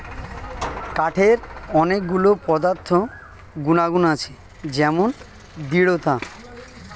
কাঠের অনেক গুলো পদার্থ গুনাগুন আছে যেমন দৃঢ়তা